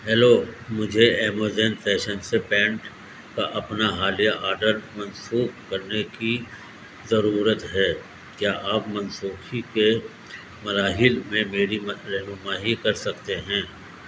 hello مجھے Amazon fashion سے pant کا اپنا حالیہ آڈر منسوخ کرنے کی ضرورت ہے کیا آپ منسوخی کے مراحل میں میری رہنمائی کر سکتے ہیں